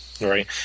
Right